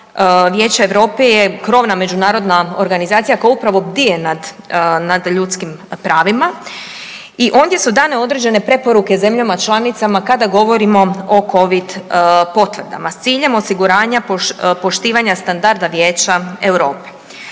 Vijeće Europe je krovna međunarodna organizacija koja upravo bdije nad ljudskim pravima i ondje su dane određene preporuke zemljama članicama kada govorimo o Covid potvrdama, s ciljem osiguranja poštivanja standarda Vijeća EU, pa